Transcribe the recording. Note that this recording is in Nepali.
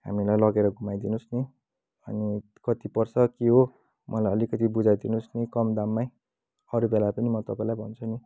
हामीलाई लगेर घुमाइदिनुहोस् नि अनि कति पर्छ के हो मलाई अलिकति बुझाइदिनुहोस् नि कम दाममै अरू बेला पनि म तपाईँलाई भन्छु नि